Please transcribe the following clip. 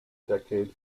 decade